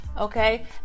Okay